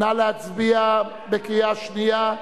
נא להצביע בקריאה שנייה.